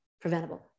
preventable